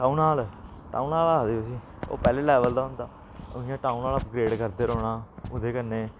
town hall town hall आखदे उसी ओह् पैह्ले लेवल दा होंदा इ'यां टाउनहाल अपग्रेड करदे रौह्ना ओह्दे कन्नै